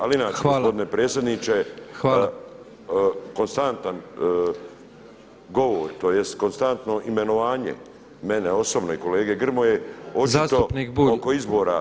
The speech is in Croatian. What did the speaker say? Ali inače gospodine predsjedniče, konstantan govor, tj. konstanto imenovanje mene osobno i kolege Grmoje očito oko izbora